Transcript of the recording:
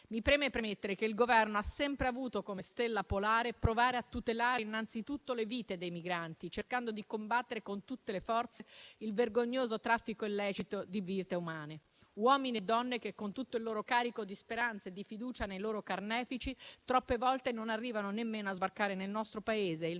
Mi preme premettere che il Governo ha sempre avuto come stella polare quella di provare a tutelare innanzitutto le vite dei migranti, cercando di combattere con tutte le forze il vergognoso traffico illecito di vite umane: uomini e donne che, con tutto il loro carico di speranze e di fiducia nei loro carnefici, troppe volte non arrivano nemmeno a sbarcare nel nostro Paese e